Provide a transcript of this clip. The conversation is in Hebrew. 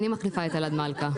אני מחליפה את אלעד מלכה.